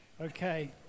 Okay